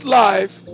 life